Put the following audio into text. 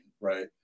right